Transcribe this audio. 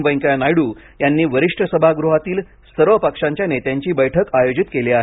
वेंकेया नायडू यांनी वरिष्ठ सभागृहातील सर्व पक्षांच्या नेत्यांची बैठक आयोजित केली आहे